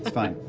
fine.